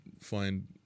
find